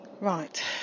right